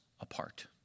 apart